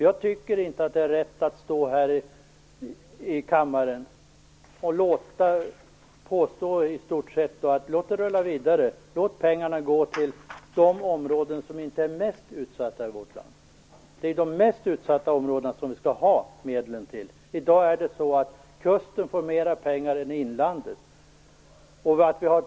Jag tycker inte att det är rätt att stå här i kammaren och i stort sett säga: Låt det rulla vidare. Låt pengarna gå till de områden som inte är mest utsatta i vårt land. Det är ju till de mest utsatta områden som vi skall använda medlen. I dag får kustområdena mer pengar än inlandet.